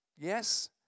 Yes